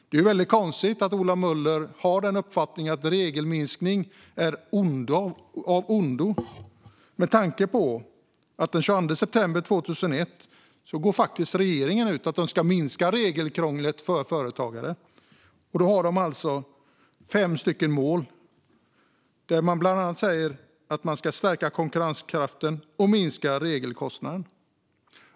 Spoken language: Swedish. Det är konstigt att Ola Möller har uppfattningen att regelminskning är av ondo med tanke på att regeringen den 22 september 2021 gick ut med att man ska minska regelkrånglet för företagare. Man har fem mål, bland annat att stärka konkurrenskraften och minska regelkostnaden.